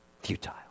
Futile